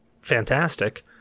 fantastic